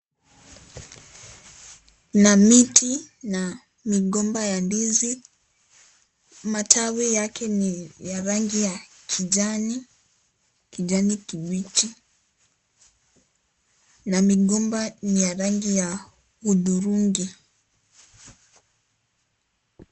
Miti na migomba ya ndizi, matawi yake ni ya rangi ya kijani kimbichi na migomba ni ya rangi ya hudhurungi.